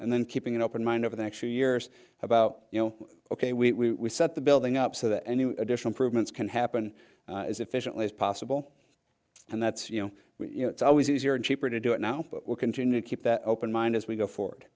and then keeping an open mind over the next few years about you know ok we set the building up so that any additional proof can happen as efficiently as possible and that's you know you know it's always easier and cheaper to do it now but we'll continue to keep that open mind as we go for